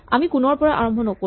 আমি কোণৰ পৰা আৰম্ভ নকৰো